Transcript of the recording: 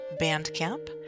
Bandcamp